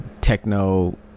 techno